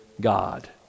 God